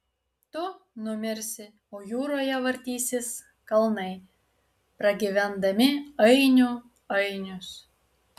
tu numirsi o jūroje vartysis kalnai pragyvendami ainių ainius